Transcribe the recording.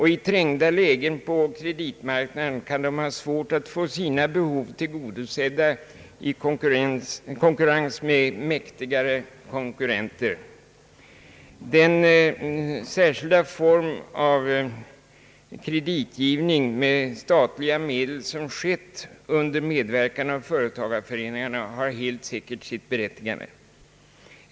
I trängda lägen på kreditmarknaden kan de ha svårt att få sina behov tillgodosedda 1 konkurrens med mäktigare konkurrenter. Den särskilda form av kreditgivning med statliga medel som skett under medverkan av företagareföreningarna har helt säkert sitt berättigande.